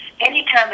Anytime